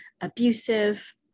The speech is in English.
abusive